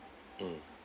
mm